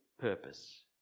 purpose